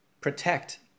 protect